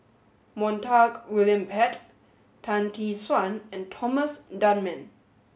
Montague William Pett Tan Tee Suan and Thomas Dunman